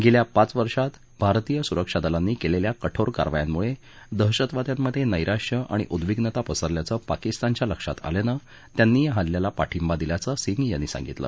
गेल्या पाच वर्षात भारतीय सुरक्षा दलांनी केलेल्या कठोर कारवायांमुळे दहशतवाद्यांमधे नैराश्य आणि उद्विग्नता पसरल्याचं पाकिस्तानच्या लक्षात आल्यानं त्यांनी या हल्ल्याला पाठिंबा दिल्याचं सिंग यांनी सांगितलं